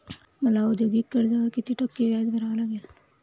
मला औद्योगिक कर्जावर किती टक्के व्याज भरावे लागेल?